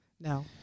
No